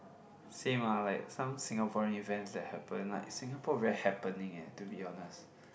same ah like some Singaporean events that happened like Singapore very happening eh to be honest